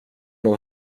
nog